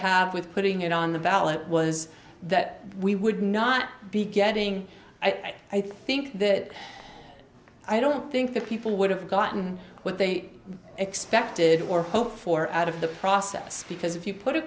have with putting it on the ballot was that we would not be getting i think that i don't think that people would have gotten what they expected or hoped for out of the process because if you put a